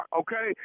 okay